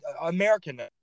American